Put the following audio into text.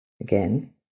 Again